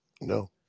No